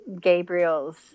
Gabriel's